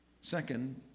Second